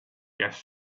gas